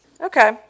okay